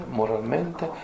moralmente